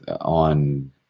on